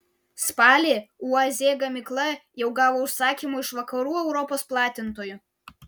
spalį uaz gamykla jau gavo užsakymų iš vakarų europos platintojų